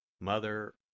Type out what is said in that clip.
Mother